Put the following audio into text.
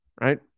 Right